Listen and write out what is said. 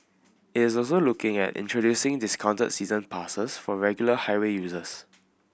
it is also looking at introducing discounted season passes for regular highway users